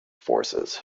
forces